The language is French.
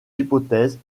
hypothèses